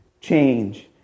change